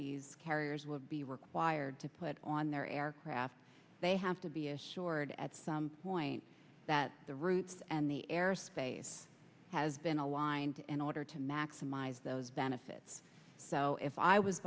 these carriers would be required to put on their aircraft they have to be assured at some point that the routes and the airspace has been aligned in order to maximize those benefits so if i was